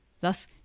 Thus